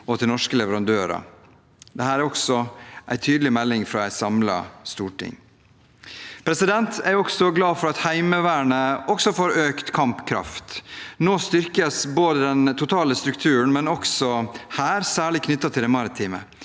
og til norske leverandører. Dette er også en tydelig melding fra et samlet storting. Jeg er glad for at Heimevernet også får økt kampkraft. Nå styrkes den totale strukturen, men her særlig knyttet til det maritime.